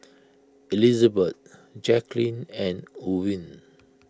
Elizabet Jacquelyn and Ewin